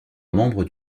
membre